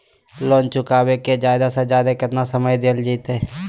Loan चुकाबे के जादे से जादे केतना समय डेल जयते?